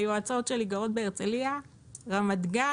היועצות שלי גרות בהרצליה ורמת גן,